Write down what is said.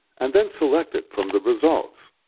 and then select it from the results.